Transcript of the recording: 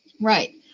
Right